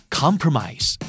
compromise